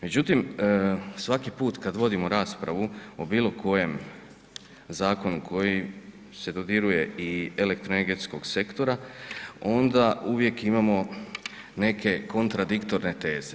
Međutim, svaki put kad vodimo raspravu o bilo kojem zakonu koji se dodiruje i elektroenergetskog sektora onda uvijek imamo neke kontradiktorne teze.